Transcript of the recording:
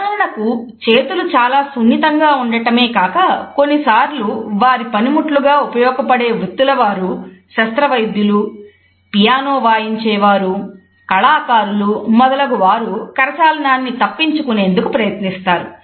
ఉదాహరణకు చేతులు చాలా సున్నితంగా ఉండటమే కాక కొన్నిసార్లు వారి పనిముట్లు గా ఉపయోగపడే వృత్తుల వారు శస్త్రవైద్యులు పియానో వాయించేవారు కళాకారులు మొదలగువారు కరచాలనాన్ని తప్పించుకునేందుకు ప్రయత్నిస్తారు